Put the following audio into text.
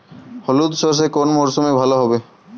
হলুদ সর্ষে কোন মরশুমে ভালো হবে?